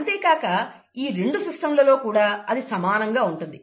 అంతేకాక ఈ రెండు సిస్టం ల లో కూడా అది సమానంగా ఉంటుంది